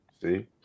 See